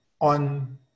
on